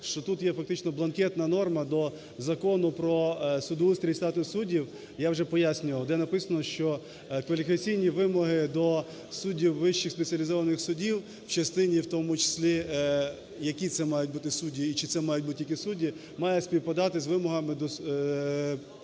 що тут є фактичнобланкетна норма до Закону про судоустрій і статус суддів, я вже пояснював, де написано, що кваліфікаційні вимоги до суддів вищих спеціалізованих судів в частині, в тому числі, які це мають бути судді і чи це мають бути тільки судді, має співпадати з вимогами на